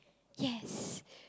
yes